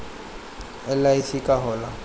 LIC का होला?